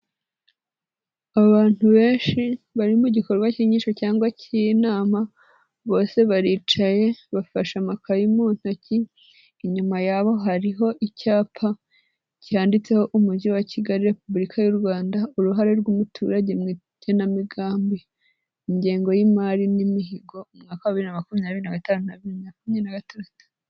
Abantu benshi bari mu gikorwa cy'inyigisho cyangwa cy'inama, bose baricaye, bafashe amakayi ntoki, inyuma yabo hariho icyapa cyanditseho Umujyi wa Kigali Repubulika y'u Rwanda, uruhare rw'umuturage mu igenamigambi, ingengo y'imari n'imihigo, umwaka wa bibiri na makumyabiri na gatanu na bibiri makumyabiri na gatandatu.